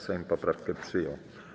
Sejm poprawkę przyjął.